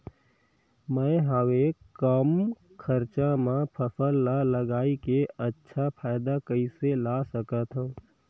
मैं हवे कम खरचा मा फसल ला लगई के अच्छा फायदा कइसे ला सकथव?